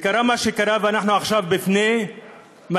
קרה מה שקרה, ואנחנו עכשיו בפני מצב